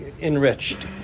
enriched